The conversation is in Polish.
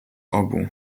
obu